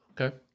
Okay